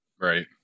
Right